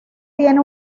tiene